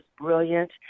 brilliant